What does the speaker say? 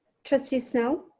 trustee snell.